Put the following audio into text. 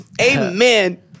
amen